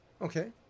Okay